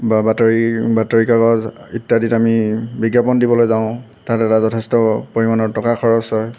বা বাতৰি বাতৰি কাগজ ইত্যাদিত আমি বিজ্ঞাপন দিবলৈ যাওঁ তাত এটা যথেষ্ট পৰিমাণৰ টকা খৰচ হয়